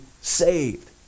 saved